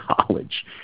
college